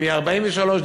מדצמבר 1943,